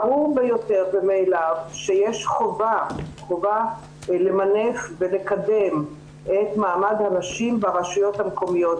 ברור מאליו שיש חובה למנף ולקדם את מעמד הנשים ברשויות המקומיות.